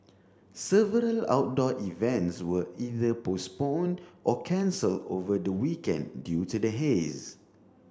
several outdoor events were either postponed or cancelled over the weekend due to the haze